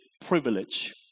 privilege